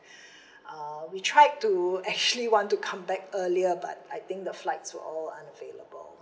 uh we tried to actually want to come back earlier but I think the flights were all unavailable